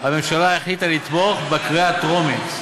הממשלה החליטה לתמוך בקריאה הטרומית.